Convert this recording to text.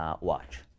watch